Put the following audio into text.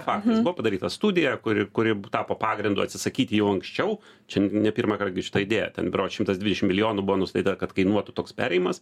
faktais buvo padaryta studija kuri kuri tapo pagrindu atsisakyti jau anksčiau čia ne pirmąkart gi šita idėja ten berods šimtas dvidešim milijonų buvo nustatyta kad kainuotų toks perėjimas